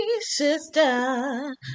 sister